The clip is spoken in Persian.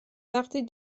وقتی